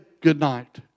goodnight